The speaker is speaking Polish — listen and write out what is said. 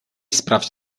sprawdź